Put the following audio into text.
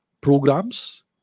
programs